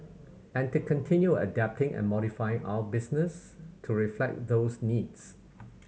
and to continue adapting and modifying our business to reflect those needs